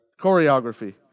Choreography